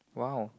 !wow!